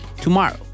Tomorrow